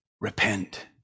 repent